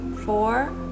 four